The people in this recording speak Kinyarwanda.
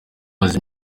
amaze